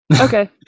Okay